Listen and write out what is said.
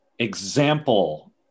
example